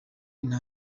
nta